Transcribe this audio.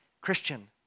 Christian